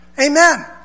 Amen